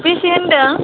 बेसे होन्दों